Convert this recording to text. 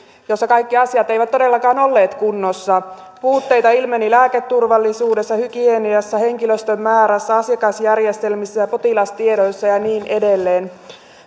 jossa kaikki asiat eivät todellakaan olleet kunnossa puutteita ilmeni lääketurvallisuudessa hygieniassa henkilöstön määrässä asiakasjärjestelmissä ja ja potilastiedoissa ja niin edelleen